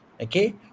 Okay